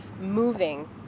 moving